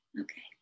okay